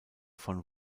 von